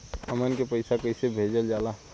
हमन के पईसा कइसे भेजल जाला?